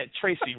Tracy